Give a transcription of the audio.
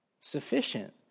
sufficient